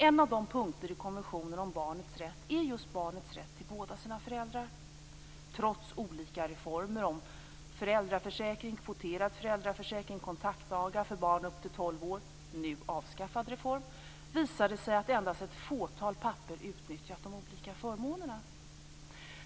En av punkterna i konventionen om barnets rätt är just barnets rätt till båda föräldrarna. Trots olika reformer om föräldraförsäkring, kvoterad föräldraförsäkring, kontaktdagar för barn upp till 12 år - en nu avskaffad reform - har det visat sig att endast ett fåtal pappor har utnyttjat de olika förmånerna.